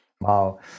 Wow